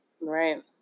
Right